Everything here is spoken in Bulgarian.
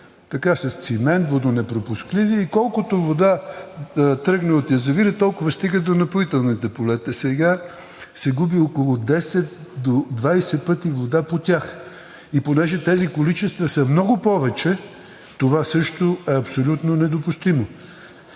така с цимент, водонепропускливи и колкото вода тръгне от язовира, толкова стига до напоителните полета, а сега се губи около 10 до 20 пъти вода по тях. Понеже тези количества са много повече, това също е абсолютно недопустимо.